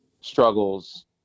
struggles